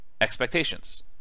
expectations